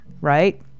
right